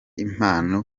impano